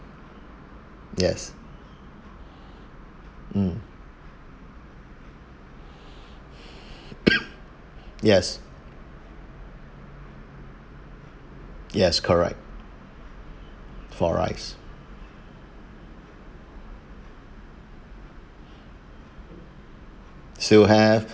yes mm yes yes correct four rice still have